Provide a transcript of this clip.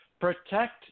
protect